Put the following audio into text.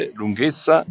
lunghezza